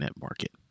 Market